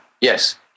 Yes